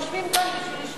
יושבים כאן בשביל לשמוע.